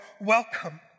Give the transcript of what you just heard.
welcome